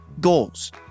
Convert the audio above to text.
goals